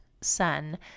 Sun